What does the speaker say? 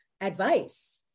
advice